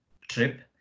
trip